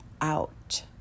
out